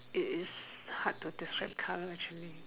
it is hard to describe colour actually